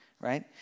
right